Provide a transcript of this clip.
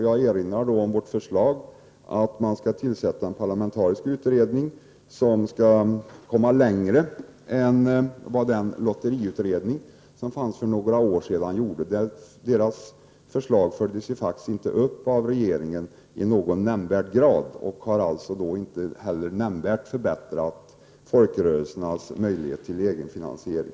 Jag erinrar då om vårt förslag att man skall tillsätta en parlamentarisk utredning, som skall komma längre än vad den lotteriutredning, som fanns för några år sedan, gjorde. Dess förslag följdes ju inte upp av regeringen i någon nämnvärd grad och har alltså inte heller nämnvärt förbättrat folkrörelsernas möjligheter till egenfinansiering.